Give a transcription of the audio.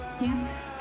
Yes